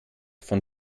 von